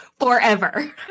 forever